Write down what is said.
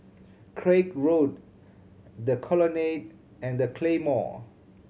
Craig Road The Colonnade and The Claymore